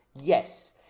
Yes